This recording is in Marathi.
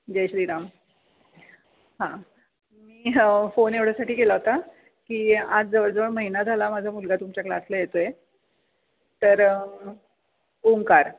जय श्रीराम हां मी हो फोन एवढ्यासाठी केला होता की आज जवळजवळ महिना झाला माझा मुलगा तुमच्या क्लासला येतो आहे तर ओंकार